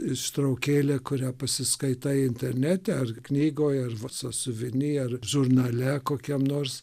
ištraukėlė kurią pasiskaitai internete ar knygoj ar sąsiuviny ar žurnale kokiam nors